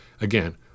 Again